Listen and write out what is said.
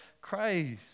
Christ